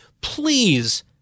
Please